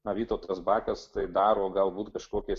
na vytautas bakas tai daro galbūt kažkokias